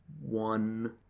one